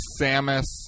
Samus